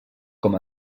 com